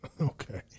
okay